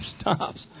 stops